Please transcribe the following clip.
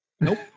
Nope